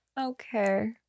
okay